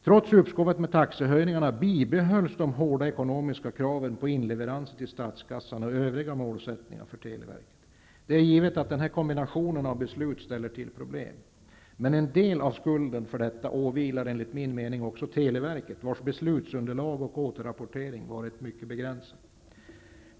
Trots uppskovet med taxihöjningarna bibehölls de hårda ekonomiska kraven på inleveranser till statskassan och övriga målsättningar för televerket. Det är givet att denna kombination av beslut ställer till problem. Men en del av skulden för detta åvilar enligt min mening också televerket, vars beslutsunderlag och återrapportering har varit mycket begränsade.